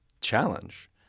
challenge